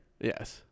Yes